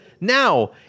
Now